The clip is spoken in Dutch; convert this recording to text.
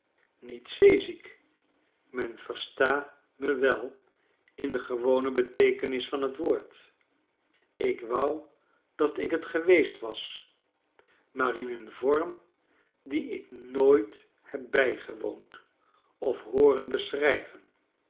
niet zeeziek men versta me wel indegewone beteekenis van t woord ik wou dat ik tgeweest was maar in een vorm dien ik nooit heb bijgewoond of hooren beschrijven